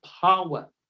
power